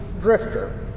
drifter